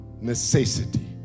Necessity